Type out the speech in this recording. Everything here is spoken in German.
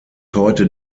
heute